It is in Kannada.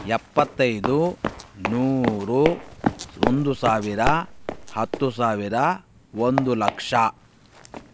ಎಪ್ಪತ್ತೈದು ನೂರ ಒಂದು ಸಾವಿರ ಹತ್ತು ಸಾವಿರ ಒಂದು ಲಕ್ಷ